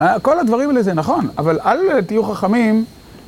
כל הדברים האלה זה נכון, אבל אל תהיו חכמים...